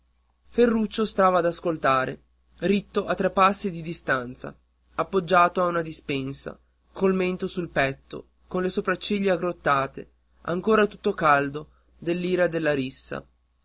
ferruccio stava a ascoltare ritto a tre passi di distanza appoggiato a una dispensa col mento sul petto con le sopracciglia aggrottate ancora tutto caldo dell'ira della rissa